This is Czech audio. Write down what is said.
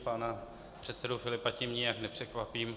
Pana předsedu Filipa tím nijak nepřekvapím.